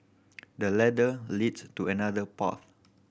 the ladder leads to another path